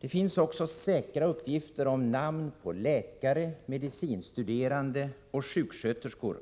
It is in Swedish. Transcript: Det finns också säkra uppgifter om namn på läkare, delser och utbildmedicinstuderande och sjuksköterskor